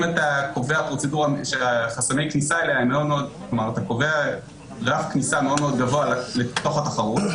אם אתה קובע רף כניסה מאוד מאוד גבוה לתוך התחרות,